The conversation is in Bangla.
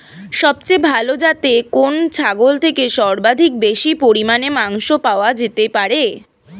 সবচেয়ে ভালো যাতে কোন ছাগল থেকে সর্বাধিক বেশি পরিমাণে মাংস পাওয়া যেতে পারে?